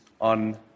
on